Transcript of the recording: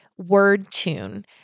WordTune